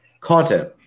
content